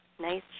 nice